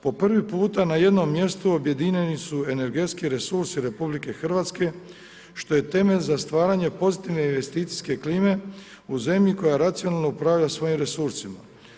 Po prvi puta na jednom mjestu objedinjeni su energetski resursi RH, što je temelj za stvaranje pozitivne investicijske klime u zemlji koja racionalno upravlja svojim resursima.